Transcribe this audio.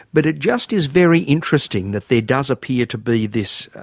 but it just is very interesting that there does appear to be this,